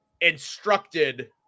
instructed